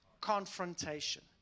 confrontation